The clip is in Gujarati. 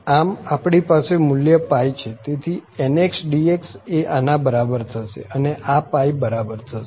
આમ આપણી પાસે મુલ્ય છે તેથી nx dx એ આના બરાબર થશે અને આ π બરાબર થશે